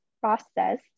process